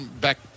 back